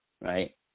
right